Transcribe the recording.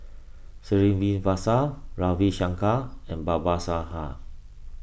Srinivasa Ravi Shankar and Babasaheb